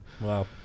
wow